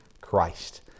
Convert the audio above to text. Christ